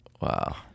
wow